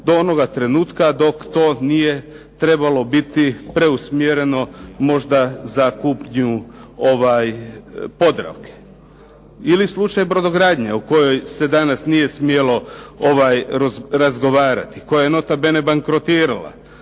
do onoga trenutka dok to nije trebalo biti preusmjereno možda za kupnju "Podravke". Ili slučaj "Brodogradnje" o kojoj se danas nije smjelo razgovarati koja je "nota bene" bankrotirala